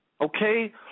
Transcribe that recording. Okay